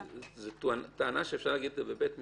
--- זו טענה שאפשר להגיד אותה בבית משפט?